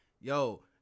yo